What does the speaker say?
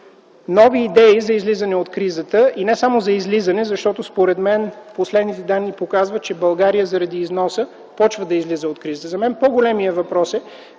Нови идеи за излизане от кризата и не само за излизане, защото според мен последните данни показват, че България заради износа започва да излиза от кризата, но за мен по-големия въпрос е